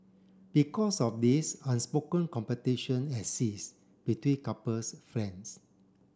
because of this unspoken competition exists between couples friends